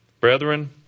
Brethren